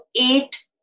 eight